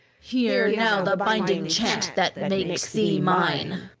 hear now the binding chant that makes thee mine.